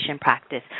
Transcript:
practice